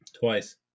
twice